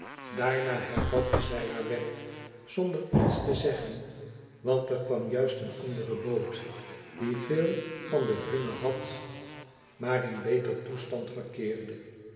daarna hervatte zij haar werk zonder iets te zeggen want er kwam juist eene andere boot die veel van de hunne had maar in onzk wederzudschx vriend beter toestand verkeerde